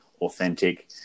authentic